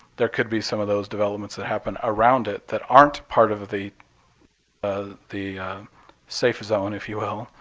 there could be some of those developments that happen around it that aren't part of of the ah the safe zone, if you will.